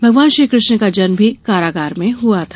भगवान श्रीकृष्ण का जन्म भी कारागार में हुआ था